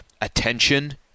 attention –